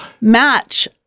Match